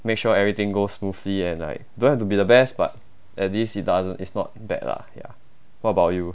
make sure everything goes smoothly and I don't have to be the best but at least it doesn't it's not bad lah ya what about you